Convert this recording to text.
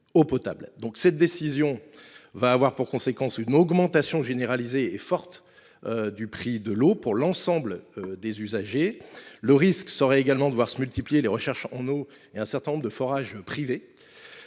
». Cette décision va avoir pour conséquence une augmentation forte et généralisée du prix de l’eau pour l’ensemble des usagers. Le risque serait également de voir se multiplier les recherches en eau et les forages privés.